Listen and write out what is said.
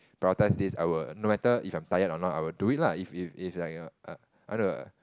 prioritize this I will no matter if I am tired or not I will do it lah if if if like a a I want a